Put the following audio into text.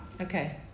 Okay